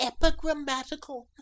epigrammatical